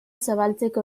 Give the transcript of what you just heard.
zabaltzeko